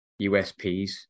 USPs